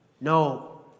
No